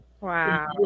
Wow